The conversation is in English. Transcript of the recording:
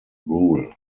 rule